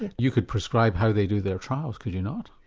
but you could prescribe how they do their trials could you not?